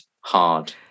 hard